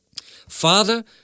Father